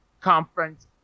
Conference